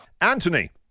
Anthony